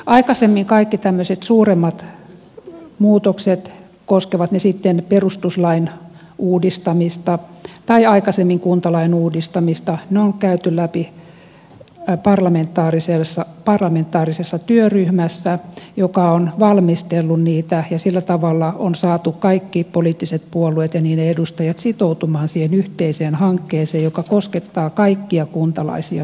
aikaisemmin kaikki tämmöiset suuremmat muutokset koskevat ne sitten perustuslain uudistamista tai aikaisemmin kuntalain uudistamista on käyty läpi parlamentaarisessa työryhmässä joka on valmistellut niitä ja sillä tavalla on saatu kaikki poliittiset puolueet ja niiden edustajat sitoutumaan siihen yhteiseen hankkeeseen joka koskettaa kaikkia kuntalaisia suomessa